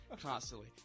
constantly